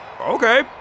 Okay